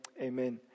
amen